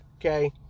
Okay